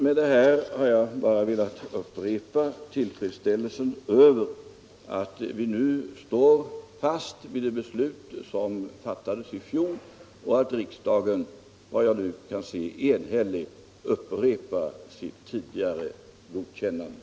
Med detta har jag framför allt velat upprepa tillfredsställelsen över att vi nu står fast vid det beslut som fattades i fjol och att riksdagen efter vad jag nu kan se enhälligt kommer att upprepa sitt tidigare godkännande.